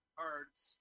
cards